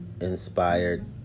inspired